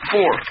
Four